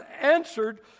answered